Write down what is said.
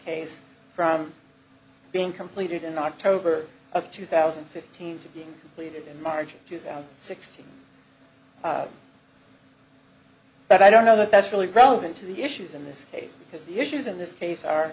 case from being completed in october of two thousand and fifteen to be completed in march of two thousand and sixteen but i don't know that that's really relevant to the issues in this case because the issues in this case are